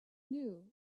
knew